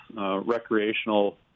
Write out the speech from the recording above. recreational